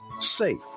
safe